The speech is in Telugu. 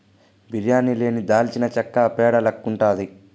బిర్యానీ లేని దాల్చినచెక్క పేడ లెక్కుండాది